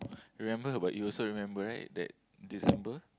remember but you also remember right that December